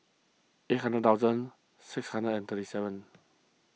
eight hundred thousand six hundred and thirty seven